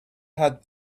had